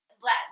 Black